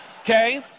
okay